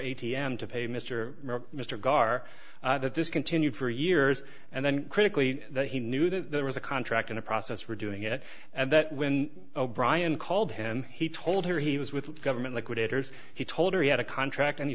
m to pay mr mr gar that this continued for years and then critically that he knew that there was a contract in a process for doing it and that when o'brien called him he told her he was with government liquidators he told her he had a contract and he